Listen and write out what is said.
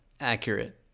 Accurate